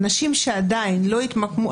אנשים שעדיין לא התמקמו,